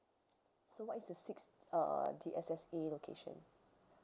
so what is the six err D_S_S_A location